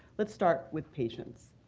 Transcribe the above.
let's start with patients.